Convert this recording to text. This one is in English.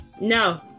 No